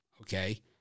okay